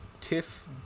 Tiff